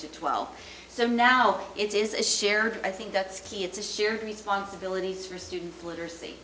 to twelve so now it is a shared i think that's key it's a shared responsibilities for student literacy